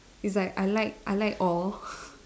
is like I like I like all